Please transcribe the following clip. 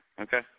Okay